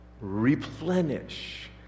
replenish